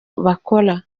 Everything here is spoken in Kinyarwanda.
bakora